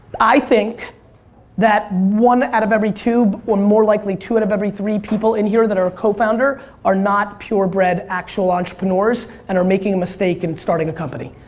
i think that one out of every two or more likely to out of every three people in here that are a cofounder are not purebred actual entrepreneurs and are making a mistake in starting a company.